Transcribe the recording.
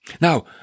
Now